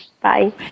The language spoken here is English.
Bye